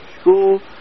school